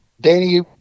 Danny